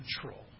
Control